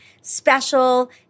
special